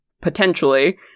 potentially